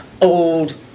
old